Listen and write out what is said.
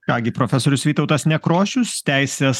ką gi profesorius vytautas nekrošius teisės